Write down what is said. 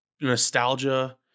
nostalgia